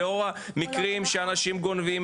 לאור המקרים שאנשים גונבים